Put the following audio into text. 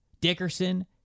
Dickerson